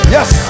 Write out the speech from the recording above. Yes